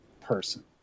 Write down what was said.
person